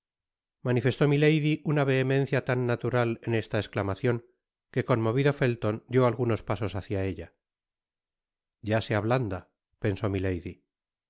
manifestó milady una vehemencia tan natural en esta esclamaciod que conmovido felton dió algunos pasos hácia ella ya se ablanda pensó milady